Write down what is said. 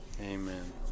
Amen